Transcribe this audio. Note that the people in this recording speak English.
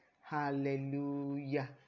Hallelujah